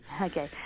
Okay